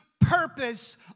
purpose